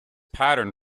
pattern